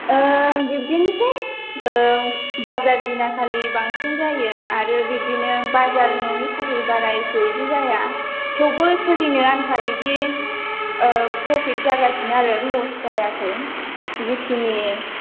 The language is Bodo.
बिब्दिनोसै बाजार दिनखालि बांसिन जायो आरो बिदिनो बाजार नङि खालि बारा एसे एदि जाया थेवबो सोलिनो आन्था बिब्दि प्रफिट जागासिनो आरो लस्ट जायाखै जिखिनि